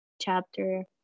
chapter